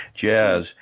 jazz